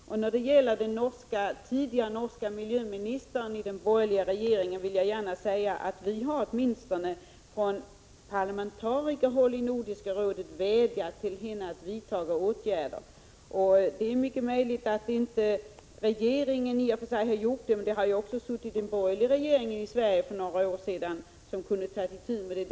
Parlamentariker i Nordiska rådet vädjade till den tidigare norska miljöministern i den borgerliga regeringen att vidta åtgärder. Det är möjligt att regeringen inte har vidtagit åtgärder. Men vi hade ju en borgerlig regering i Sverige för några år sedan som kunde ha tagit itu med detta.